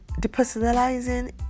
depersonalizing